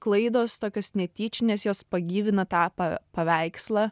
klaidos tokios netyčinės jos pagyvina tą pa paveikslą